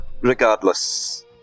Regardless